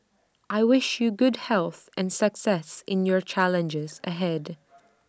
I wish you good health and success in your challenges ahead